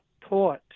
taught